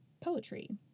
poetry